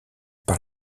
par